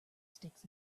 sticks